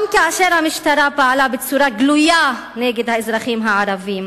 גם כאשר המשטרה פעלה בצורה גלויה נגד האזרחים הערבים